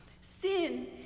Sin